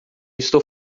estou